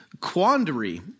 quandary